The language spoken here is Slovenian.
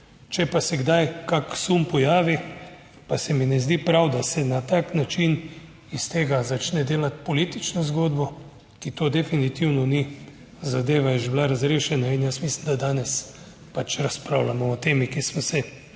če pa se kdaj kak sum pojavi, pa se mi ne zdi prav, da se na tak način iz tega začne delati politično zgodbo, ki to definitivno ni. Zadeva je že bila razrešena in jaz mislim, da danes pač razpravljamo o temi, ki smo se,